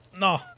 No